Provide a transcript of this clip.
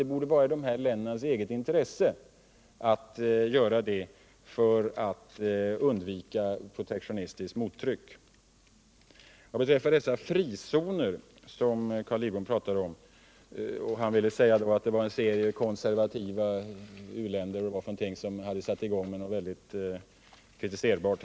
Det borde ligga i dessa länders eget intresse att handla på det sättet för att undvika protektionistiskt mottryck. Sedan talade Carl Lidbom om frizoner. Han ville säga att en serie konservativa industriländer där har satt i gång något mycket kritiserbart.